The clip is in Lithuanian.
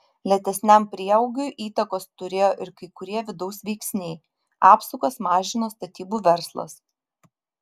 lėtesniam prieaugiui įtakos turėjo ir kai kurie vidaus veiksniai apsukas mažino statybų verslas